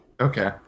Okay